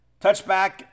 Touchback